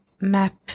map